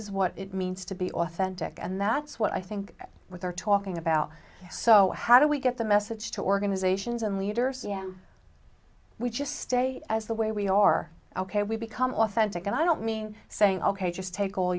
is what it means to be authentic and that's what i think we're talking about so how do we get the message to organizations and leaders yeah we just stay as the way we are ok we become authentic and i don't mean saying ok just take all